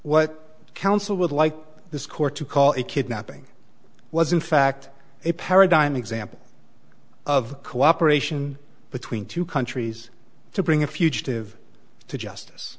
what counsel would like this court to call it kidnapping was in fact a paradigm example of cooperation between two countries to bring a fugitive to justice